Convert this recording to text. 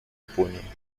японией